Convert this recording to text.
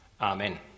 Amen